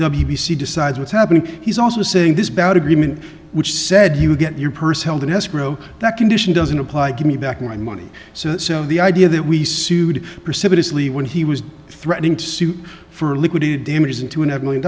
w b c decides what's happening he's also saying this about agreement which said you get your purse held in escrow that condition doesn't apply give me back my money so the idea that we sued precipitously when he was threatening to sue for liquidated damages into a net one million